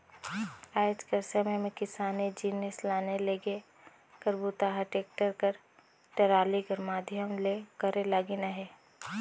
आएज कर समे मे किसानी जिनिस लाने लेगे कर बूता ह टेक्टर कर टराली कर माध्यम ले करे लगिन अहे